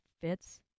fits